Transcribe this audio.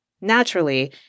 Naturally